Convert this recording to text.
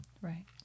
Right